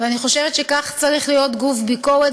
ואני חושבת שכך צריך להיות גוף ביקורת.